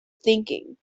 thinking